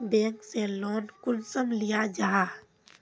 Bank से loan कुंसम लिया जाहा?